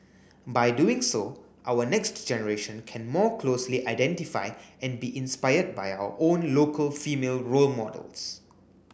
by doing so our next generation can more closely identify and be inspired by our own local female role models